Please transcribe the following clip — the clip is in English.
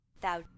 Thou